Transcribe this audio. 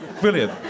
brilliant